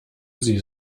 sie